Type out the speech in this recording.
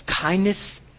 kindness